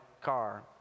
car